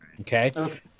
Okay